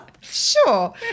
sure